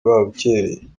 babukereye